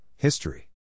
History